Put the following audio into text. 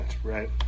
right